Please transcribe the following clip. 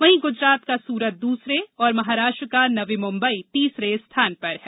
वहीं गुजरात का सूरत दूसरे और महाराष्ट्र का नवी मुम्बई तीसरे स्थान पर है